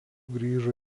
grįžo